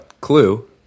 clue